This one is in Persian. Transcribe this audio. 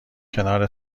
کنار